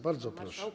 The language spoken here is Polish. Bardzo proszę.